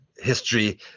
history